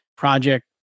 project